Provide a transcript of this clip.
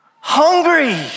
Hungry